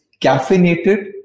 caffeinated